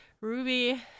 Ruby